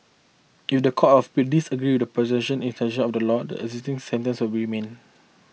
if the Court of Appeal disagree with the prosecution interpretation of the law the existing sentence will remain